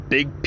Big